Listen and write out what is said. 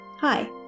hi